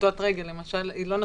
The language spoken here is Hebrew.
פשיטות רגל למשל היא לא נכונה.